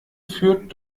führt